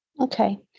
Okay